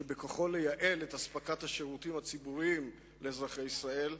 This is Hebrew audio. שבכוחו לייעל את אספקת השירותים הציבוריים לאזרחי ישראל,